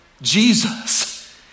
Jesus